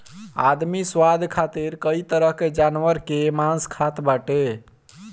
आदमी स्वाद खातिर कई तरह के जानवर कअ मांस खात बाटे